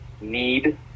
need